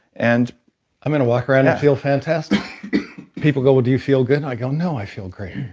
and i'm going to walk around and feel fantastic people go, do you feel good? i go, no. i feel great.